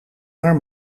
haar